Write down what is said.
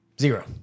Zero